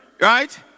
right